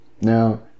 Now